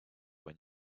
when